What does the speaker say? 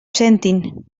sentin